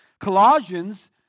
Colossians